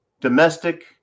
domestic